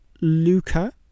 Luca